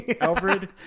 Alfred